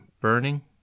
burning